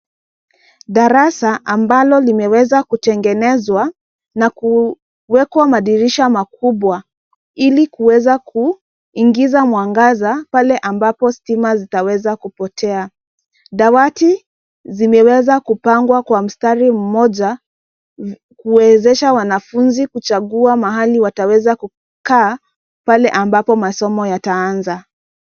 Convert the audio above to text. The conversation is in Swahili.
Darasa ambalo limeweza kutengenezwa na kuwekwa madirisha makubwa ili kuweza kuingiza mwangaza pale ambapo stima zitaweza kupotea. Dawati zimeweza kupangwa kwa mstari mmoja kuwezesha wanafunzi kuchagua mahali wataweza kukaa pale ambapo masomo yataanza.